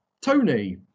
Tony